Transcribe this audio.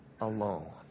alone